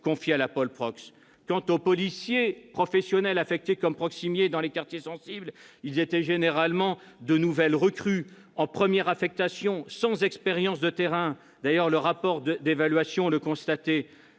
confiées à la polprox. Quant aux policiers professionnels affectés comme « proximiers » dans les quartiers sensibles, il s'agissait généralement de nouvelles recrues, souvent en première affectation, sans expérience de terrain. Le rapport d'évaluation le constatait,